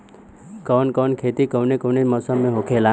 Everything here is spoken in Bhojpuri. कवन कवन खेती कउने कउने मौसम में होखेला?